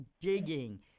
digging